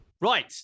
right